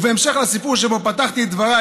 ובהמשך לסיפור שבו פתחתי את דבריי,